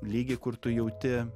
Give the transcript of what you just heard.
lygį kur tu jauti